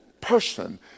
person